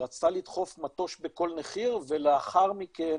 שרצתה לדחוף מטוש בכל נחיר ולאחר מכן